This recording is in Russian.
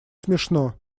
смешно